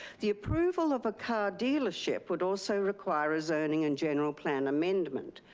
the approval of a car dealership would also require a zoning and general plan amendment.